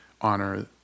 honor